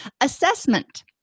Assessment